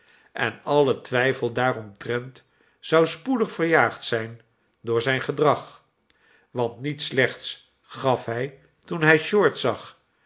en alle twijfel daaromtrent zou spoedig verjaagd zijn door zijn gedrag want niet slechts gaf hij toen hij short zag